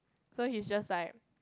so he's just like